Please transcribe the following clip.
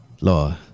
lord